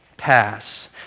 pass